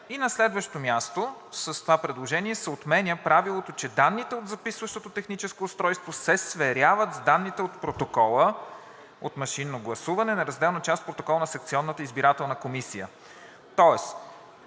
На следващо място, с това предложение се отменя правилото, че данните от записващото техническо устройство се сверяват с данните от протокола от машинно гласуване, неразделна част от протокола на секционната избирателна комисия.